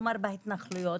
כלומר בהתנחלויות,